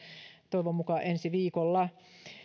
toivon mukaan ensi viikolla